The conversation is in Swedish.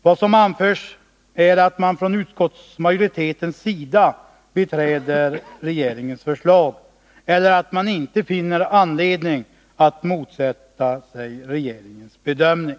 Vad som anförs är att Nr 107 man från utskottsmajoritetens sida biträder regeringens förslag, eller att man Torsdagen den inte finner anledning att motsätta sig regeringens bedömning.